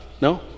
No